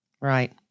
Right